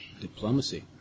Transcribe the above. Diplomacy